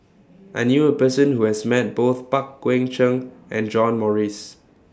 I knew A Person Who has Met Both Pang Guek Cheng and John Morrice